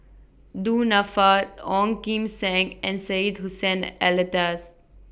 Du Nanfa Ong Kim Seng and Syed Hussein Alatas